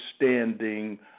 understanding